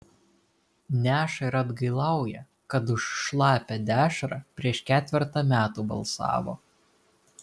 neša ir atgailauja kad už šlapią dešrą prieš ketvertą metų balsavo